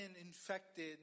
infected